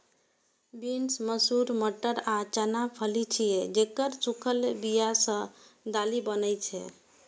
beans, मसूर, मटर आ चना फली छियै, जेकर सूखल बिया सं दालि बनै छै